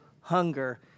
hunger